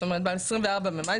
זאת אומרת ב-24 במאי,